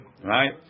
right